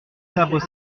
sabres